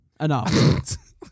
enough